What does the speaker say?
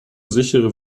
sichere